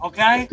Okay